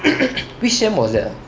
which sem was that ah